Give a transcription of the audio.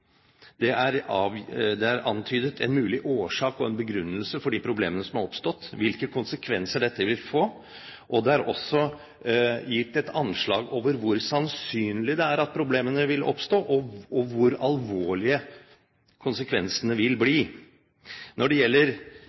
Det er antydet en mulig årsak til og begrunnelse for de problemene som er oppstått, og hvilke konsekvenser de vil få. Det er også gitt et anslag over hvor sannsynlig det er at problemene vil oppstå, og hvor alvorlige konsekvensene vil bli. Når det gjelder